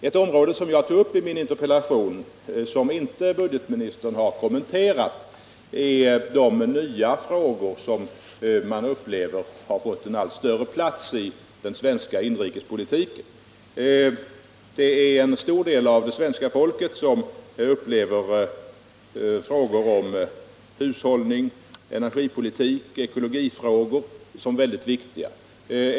Ett område som jag tog upp i min interpellation och som budgetministern inte har kommenterat är de nya frågor som man upplever har fått en allt större plats i den svenska inrikespolitiken. En stor del av det svenska folket upplever energi-, hushållningsoch ekologifrågor som väldigt viktiga.